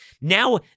Now